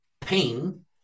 pain